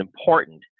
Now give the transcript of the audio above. important